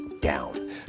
down